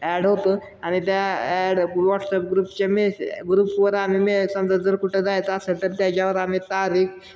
add होतो आणि त्या ॲड व्हॉट्सअप ग्रुपच्या मे ग्रुपवर आम्ही मे समजा जर कुठं जायचं असेल तर त्याच्यावर आम्ही तारीख